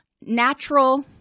natural